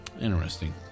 Interesting